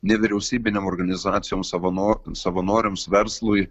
nevyriausybinėm organizacijom savano savanoriams verslui